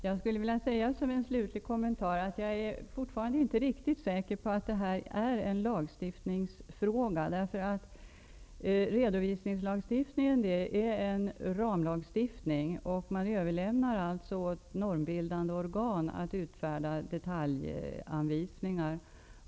Herr talman! Som en slutlig kommentar skull jag vilja tillägga att jag fortfarande inte är riktigt säker på att detta är en lagstiftningsfråga. Redovisningslagstiftningen är nämligen en ramlagstiftning och man överlämnar åt normbildande organ att utfärda detaljanvisningar.